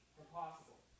impossible